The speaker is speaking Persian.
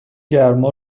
گرما